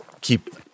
keep